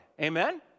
Amen